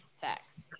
Facts